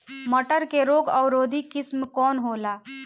मटर के रोग अवरोधी किस्म कौन होला?